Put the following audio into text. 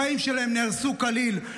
החיים שלהן נהרסו כליל.